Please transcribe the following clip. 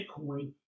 bitcoin